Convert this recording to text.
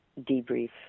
debrief